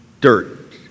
dirt